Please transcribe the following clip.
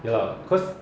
ya lah cause I